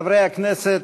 חברי הכנסת,